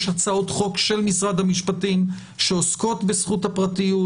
יש הצעות חוק של משרד המשפטים שעוסקות בזכות הפרטיות,